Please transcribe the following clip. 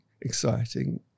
exciting